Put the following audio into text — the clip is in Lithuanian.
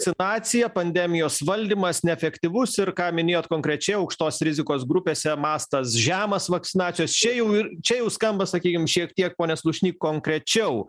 situacija pandemijos valdymas neefektyvus ir ką minėjot konkrečiai aukštos rizikos grupėse mastas žemas vakcinacijos čia jau ir čia jau skamba sakykim šiek tiek pone slušny konkrečiau